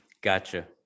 gotcha